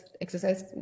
Exercise